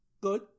good